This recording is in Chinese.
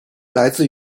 来自